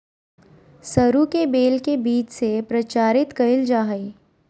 सरू के बेल के बीज से प्रचारित कइल जा हइ